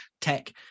tech